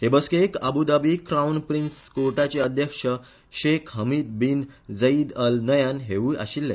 हे बसकेक Abu Dhabi crown prince कॉर्टाचे अध्यक्ष Sheikh Hamid bin Zayed Al Nahyan हेवूय आशिल्ले